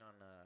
on